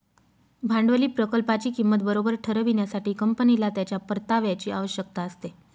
भांडवली प्रकल्पाची किंमत बरोबर ठरविण्यासाठी, कंपनीला त्याच्या परताव्याची आवश्यकता असते